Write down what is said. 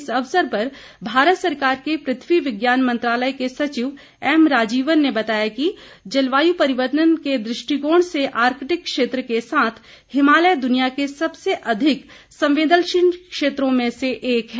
इस अवसर पर भारत सरकार के पृथ्वी विज्ञान मंत्रालय के सचिव एम राजीवन ने बताया कि जलवायु परिवर्तन के दृष्टिकोण से आर्कटिक क्षेत्र के साथ हिमालय दुनिया के सबसे अधिक संवेदनशील क्षेत्रों में से एक है